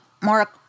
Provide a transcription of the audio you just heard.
Mark